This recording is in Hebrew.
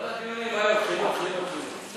כל הדיונים חינוך, חינוך, חינוך.